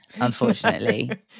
unfortunately